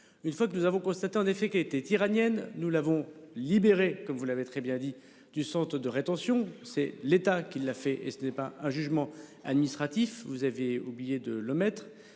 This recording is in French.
Une fois que nous avons constaté en effet qui était iranienne. Nous l'avons libéré comme vous l'avez très bien dit du centre de rétention. C'est l'État qui l'a fait et ce n'est pas un jugement administratif. Vous avez oublié de le mettre.